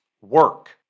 work